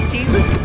Jesus